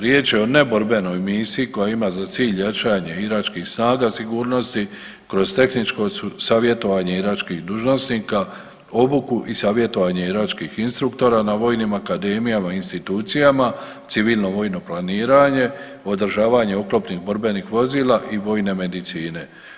Riječ je o ne borbenoj misiji koja ima za cilj jačanje Iračkih snaga sigurnosti kroz tehničko savjetovanje Iračkih dužnosnika, obuku i savjetovanje Iračkih instruktora na vojnim akademijama i institucijama, civilno vojno planiranje, održavanje oklopnih borbenih vozila i vojne medicine.